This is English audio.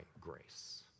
grace